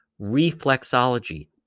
reflexology